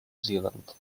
zealand